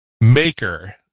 Maker